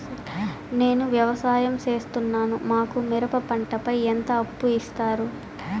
నేను వ్యవసాయం సేస్తున్నాను, మాకు మిరప పంటపై ఎంత అప్పు ఇస్తారు